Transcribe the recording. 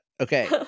Okay